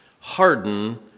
Harden